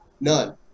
None